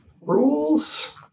Rules